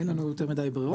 אין לנו יותר מדי ברירות.